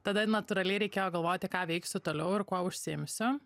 tada natūraliai reikėjo galvoti ką veiksiu toliau ir kuo užsiimsiu